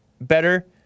better